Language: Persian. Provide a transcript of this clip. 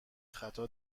خطا